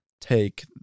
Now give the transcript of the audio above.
take